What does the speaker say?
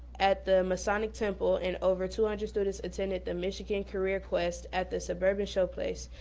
at the masonic temple, and over two hundred students attended the michigan careerquest at the suburban showplace.